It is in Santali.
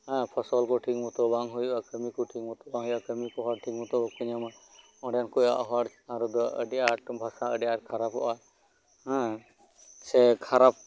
ᱦᱮᱸ ᱯᱷᱚᱥᱚᱞ ᱠᱚ ᱴᱷᱤᱠ ᱢᱚᱛᱚ ᱵᱟᱝ ᱦᱩᱭᱩᱜᱼᱟ ᱠᱟᱢᱤ ᱠᱚ ᱴᱷᱤᱠ ᱢᱚᱛᱚ ᱵᱟᱝ ᱦᱩᱭᱩᱜᱼᱟ ᱠᱟᱢᱤ ᱠᱚᱦᱚᱸ ᱴᱷᱤᱠ ᱢᱚᱛᱚ ᱵᱟᱠᱚ ᱧᱟᱢᱟ ᱚᱸᱰᱮᱱ ᱠᱚᱣᱟᱜ ᱦᱚᱲ ᱪᱮᱛᱟᱱ ᱨᱮᱫᱚ ᱟᱰᱤ ᱟᱸᱴ ᱵᱷᱟᱥᱟ ᱟᱰᱤ ᱟᱸᱴ ᱠᱷᱟᱨᱟᱯᱚᱜᱼᱟ ᱦᱮᱸ ᱥᱮ ᱠᱷᱟᱨᱟᱯ